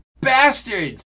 bastard